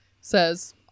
says